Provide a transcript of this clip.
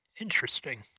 Interesting